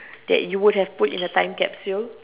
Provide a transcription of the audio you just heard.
that you would have put in a time capsule